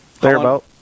Thereabout